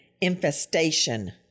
infestation